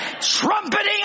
trumpeting